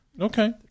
Okay